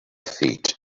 feet